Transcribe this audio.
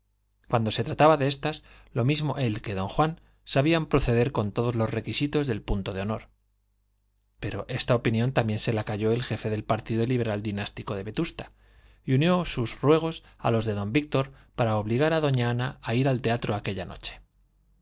cuando se trataba de estas lo mismo él que don juan sabían proceder con todos los requisitos del punto de honor pero esta opinión también se la calló el jefe del partido liberal dinástico de vetusta y unió sus ruegos a los de don víctor para obligar a doña ana a ir al teatro aquella noche